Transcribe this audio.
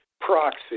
proxy